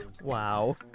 Wow